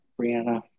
brianna